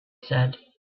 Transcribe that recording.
said